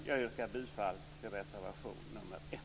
Jag yrkar bifall till reservation nr 1.